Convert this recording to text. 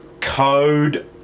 code